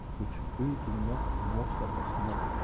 which we do not, most of us, know.